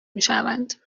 میشوند